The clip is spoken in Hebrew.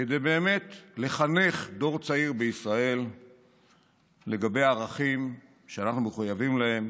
כדי לחנך דור צעיר בישראל לגבי הערכים שאנחנו מחויבים להם